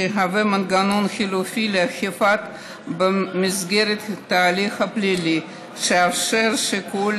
שיהווה מנגנון חלופי לאכיפה במסגרת ההליך הפלילי ויאפשר שיקול